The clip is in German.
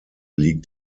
liegt